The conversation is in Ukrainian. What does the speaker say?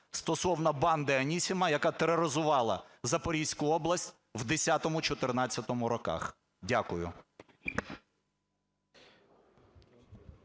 стосовно банди Анісіма, яка тероризувала Запорізьку область в 2010-2014 роках. Дякую.